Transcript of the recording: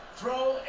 Throw